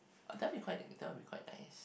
that will be quite that will be quite nice